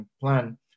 plan